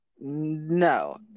No